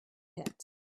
pits